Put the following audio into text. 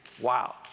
Wow